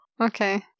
Okay